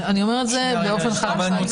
ואני אומרת את זה באופן חד משמעי.